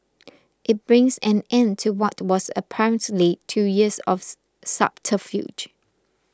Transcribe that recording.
it brings an end to what was apparently two years of subterfuge